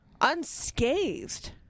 unscathed